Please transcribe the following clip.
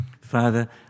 Father